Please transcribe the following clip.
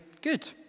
good